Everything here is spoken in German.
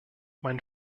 mein